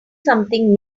something